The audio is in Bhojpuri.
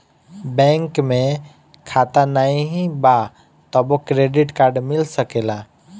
बैंक में खाता नाही बा तबो क्रेडिट कार्ड मिल सकेला?